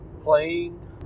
playing